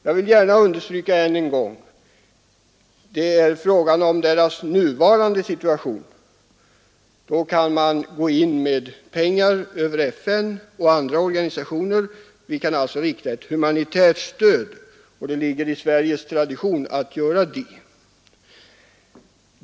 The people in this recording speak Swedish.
Jag vill gärna än en gång understryka att när det är fråga om Palestinaarabernas nuvarande situation kan vi gå in med pengar över FN och andra organisationer. Vi kan alltså sätta in ett humanitärt stöd, och det ligger i linje med Sveriges tradition att göra det.